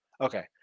Okay